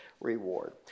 reward